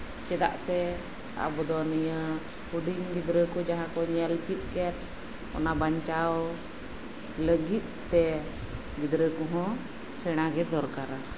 ᱪᱮᱫᱟᱜ ᱥᱮ ᱟᱵᱚ ᱫᱚ ᱱᱤᱭᱟᱹ ᱦᱩᱰᱤᱧ ᱜᱤᱫᱽᱨᱟᱹ ᱡᱟᱦᱟᱸᱭ ᱠᱚ ᱧᱮᱞ ᱪᱮᱫ ᱠᱮᱜ ᱚᱱᱟ ᱵᱟᱧᱪᱟᱣ ᱞᱟᱹᱜᱤᱫᱛᱮ ᱜᱤᱫᱽᱨᱟᱹ ᱠᱚᱸᱦᱚ ᱥᱮᱲᱟ ᱜᱮ ᱫᱚᱨᱠᱟᱨᱟ